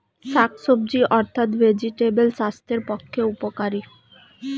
শাকসবজি অর্থাৎ ভেজিটেবল স্বাস্থ্যের পক্ষে উপকারী